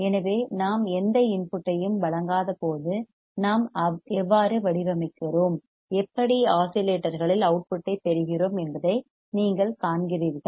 எனவே நாம் எந்த இன்புட்டையும் வழங்காதபோது நாம் எவ்வாறு வடிவமைக்கிறோம் எப்படி ஆஸிலேட்டர்களில் அவுட்புட்டைப் பெறுகிறோம் என்பதை நீங்கள் காண்கிறீர்கள்